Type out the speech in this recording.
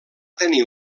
tenir